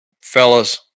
fellas